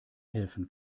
helfen